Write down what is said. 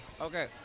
Okay